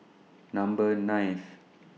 Number ninth